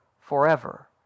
forever